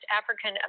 African